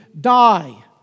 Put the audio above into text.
die